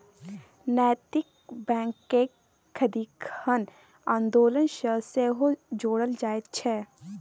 नैतिक बैंककेँ सदिखन आन्दोलन सँ सेहो जोड़ल जाइत छै